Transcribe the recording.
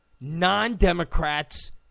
non-Democrats